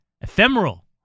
Ephemeral